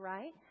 Right